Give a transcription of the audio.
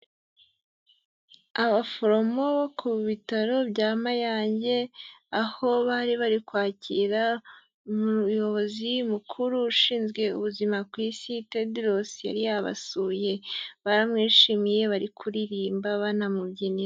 Abaforomo bo ku bitaro bya Mayange, aho bari bari kwakira umuyobozi mukuru ushinzwe ubuzima ku isi Tedros yari yabasuye, baramwishimiye bari kuririmba banamubyinira.